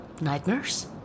Nightmares